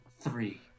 three